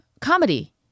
Comedy